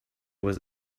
was